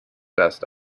best